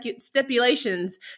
stipulations